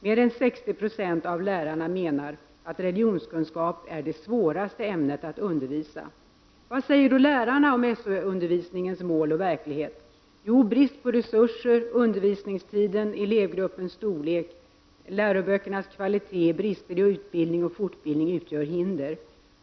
Mer än 60 96 av lärarna menar att religionskunskap är det svåraste ämnet att undervisa i. Vad säger då lärarna om SO-undervisningens mål och verklighet? Jo, bristen på resurser, undervisningstiden, elevgruppens storlek, läroböckernas kvalitet, brister i utbildning och fortbildning utgör hinder.